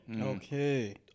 Okay